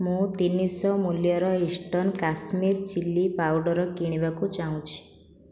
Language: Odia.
ମୁଁ ତିନିଶହ ମୂଲ୍ୟର ଇଷ୍ଟର୍ଣ୍ଣ କାଶ୍ମୀର ଚିଲ୍ଲି ପାଉଡ଼ର୍ କିଣିବାକୁ ଚାହୁଁଛି